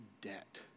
debt